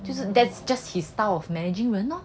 就是 that's just his style of managing 人 lor